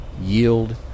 yield